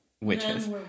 witches